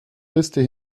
liste